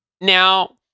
Now